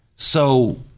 So-